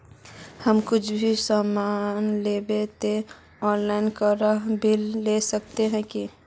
हम कुछ भी सामान लेबे ते ऑनलाइन करके बिल ला सके है की?